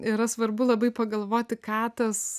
yra svarbu labai pagalvoti ką tas